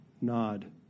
nod